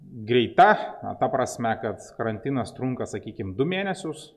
greita ta prasme kad karantinas trunka sakykim du mėnesius